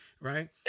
Right